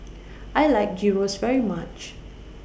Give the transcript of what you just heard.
I like Gyros very much